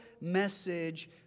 message